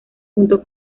junto